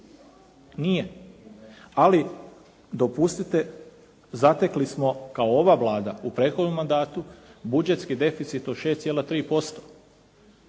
Nije. Ali dopustite, zatekli smo kao ova Vlada u prethodnom mandatu budžetski deficit od 6,3%.